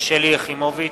שלי יחימוביץ,